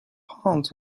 palms